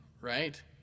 right